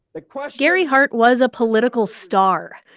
the question. gary hart was a political star.